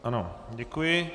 Ano, děkuji.